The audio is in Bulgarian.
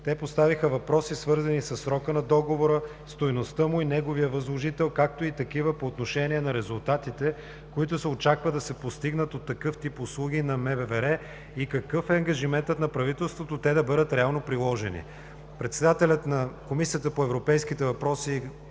Те поставиха въпроси, свързани със срока на договора, стойността му и неговия възложител, както и такива по отношение на резултатите, които се очаква да се постигнат от такъв тип услуги на Международната банка за възстановяване и развитие и какъв е ангажиментът на правителството те да бъдат реално приложени. Председателят на Комисията по европейските въпроси